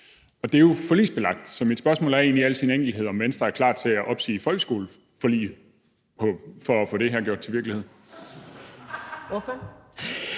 og det er jo forligsbelagt. Så mit spørgsmål er egentlig i al sin enkelhed, om Venstre er klar til at opsige folkeskoleforliget for at få det her gjort til virkelighed. Kl.